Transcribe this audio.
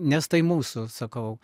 nes tai mūsų sakau